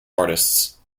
artists